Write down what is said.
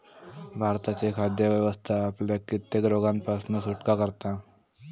भारताची खाद्य व्यवस्था आपल्याक कित्येक रोगांपासना सुटका करता